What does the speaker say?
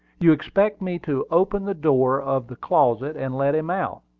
you expected me to open the door of the closet, and let him out.